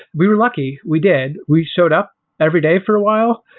we were lucky, we did. we showed up every day for a while,